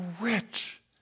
rich